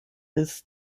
his